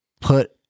put